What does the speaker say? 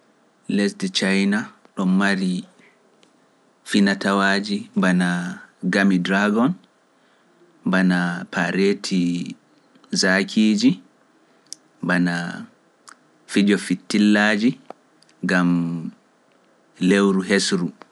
Lesdi Chayna ɗo mari finatawaaji mbana Gamy Dragon, mbana Paareti Zakiiji, mbana Fijo Fittillaaji, gam lewru hesru.